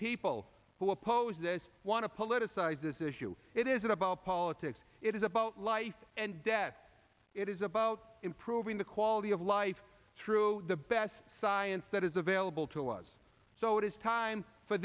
people who oppose this want to politicize this issue it isn't about politics it is about life and death it is about improving the quality of life through the best science that is available to us so it is time for